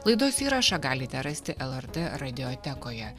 laidos įrašą galite rasti lrt radiotekoje